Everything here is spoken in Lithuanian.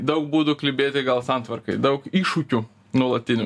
daug būdų klibėti gal santvarkai daug iššūkių nuolatinių